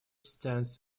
stands